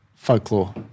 Folklore